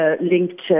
linked